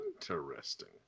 Interesting